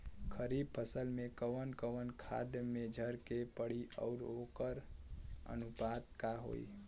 खरीफ फसल में कवन कवन खाद्य मेझर के पड़ी अउर वोकर अनुपात का होई?